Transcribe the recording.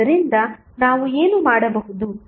ಆದ್ದರಿಂದ ನಾವು ಏನು ಮಾಡಬಹುದು